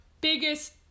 biggest